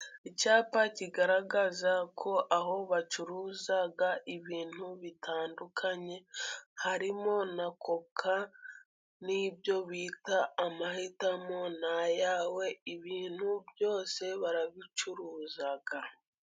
Icyapa kigaragaza ko aho bacuruza ibintu bitandukanye, harimo na koka n'ibyo bita amahitamo ni ayawe, ibintu byose barabicuruza.